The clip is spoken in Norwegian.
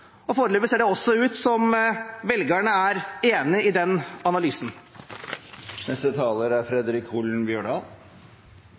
og foreløpig ser det også ut som om velgerne er enig i den analysen. Når politikken rammar dei som er